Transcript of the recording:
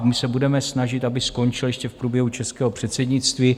My se budeme snažit, aby skončil ještě v průběhu českého předsednictví.